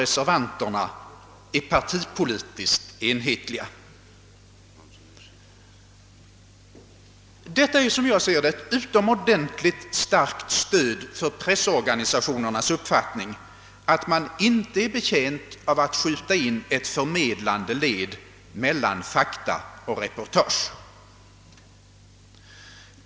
reservanterna är partipolitiskt enhetliga. Detta är som jag ser det ett utomordentligt starkt stöd för pressorganisationernas uppfattning att man inte är betjänt av att skjuta in ett förmedlande led mellan fakta och reportage.